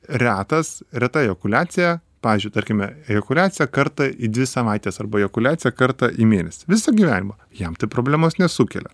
retas reta ejakuliacija pavyzdžiui tarkime ejakuliacija kartą į dvi savaites arba ejakuliacija kartą į mėnesį visą gyvenimą jam tai problemos nesukelia